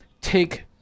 take